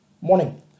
Morning